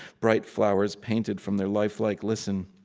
bright flowers painted from their lifelike listen.